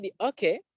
okay